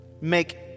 make